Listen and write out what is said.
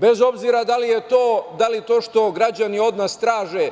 Bez obzira da li je to što građani od nas traže